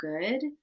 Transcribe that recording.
good